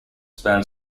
span